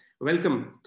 welcome